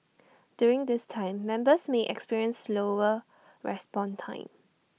during this time members may experience slower response time